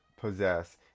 possess